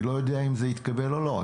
אני לא יודע אם זה יתקבל או לא.